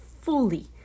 fully